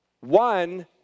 one